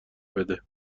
بده